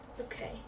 okay